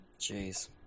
Jeez